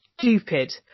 stupid